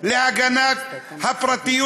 לצמצום הגנת הפרטיות.